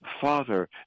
Father